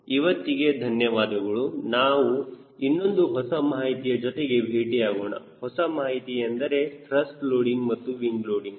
ಇವತ್ತಿಗೆ ಧನ್ಯವಾದಗಳು ನಾವು ಇನ್ನೊಂದು ಹೊಸ ಮಾಹಿತಿಯ ಜೊತೆಗೆ ಭೇಟಿಯಾಗೋಣ ಹೊಸ ಮಾಹಿತಿ ಎಂದರೆ ತ್ರಸ್ಟ್ ಲೋಡಿಂಗ್ ಮತ್ತು ವಿಂಗ್ ಲೋಡಿಂಗ್